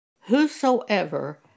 Whosoever